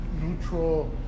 neutral